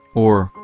or,